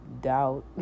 doubt